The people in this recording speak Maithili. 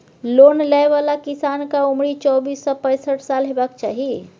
लोन लय बला किसानक उमरि चौबीस सँ पैसठ साल हेबाक चाही